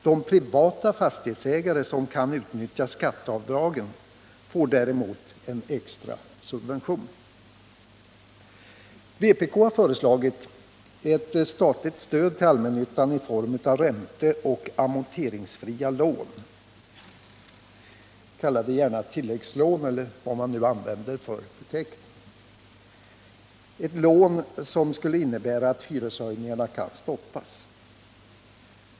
De privata fastighetsägare som kan utnyttja skatteavdragen får däremot en extra subvention. Vpk har föreslagit ett statligt stöd till allmännyttan i form av ränteoch amorteringsfria lån — kalla det gärna tilläggslån eller något liknande — för att stoppa hyreshöjningarna.